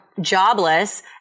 jobless